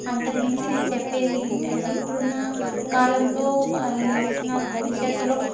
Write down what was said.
అంతకుమించి నేను చెప్పేది ఏంటంటే ఇప్పుడున్న కాలంలో బా ఈ లక్షణాలు భవిష్యత్తులో